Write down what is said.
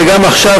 וגם עכשיו,